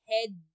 head